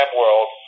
world